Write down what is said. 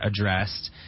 addressed